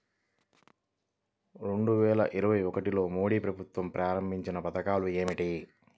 రెండు వేల ఇరవై ఒకటిలో మోడీ ప్రభుత్వం ప్రారంభించిన పథకాలు ఏమిటీ?